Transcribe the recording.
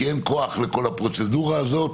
כי אין כוח לכל הפרוצדורה הזאת.